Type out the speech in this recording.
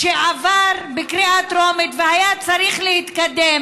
שעבר בקריאה טרומית והיה צריך להתקדם